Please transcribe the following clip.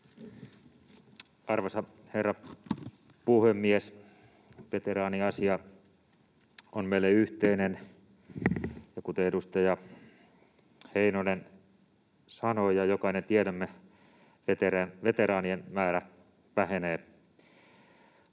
Arvoisa herra puhemies! Veteraaniasia on meille yhteinen, ja kuten edustaja Heinonen sanoi ja jokainen tiedämme, veteraanien määrä vähenee